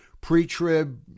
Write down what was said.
pre-trib